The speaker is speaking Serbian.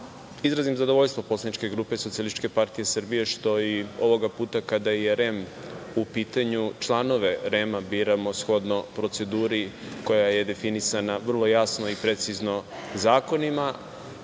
izrazim zadovoljstvo poslaničke grupe SPS što i ovog puta kada je REM u pitanju, članove REM-a biramo shodno proceduri koja je definisana vrlo jasno i precizno zakonima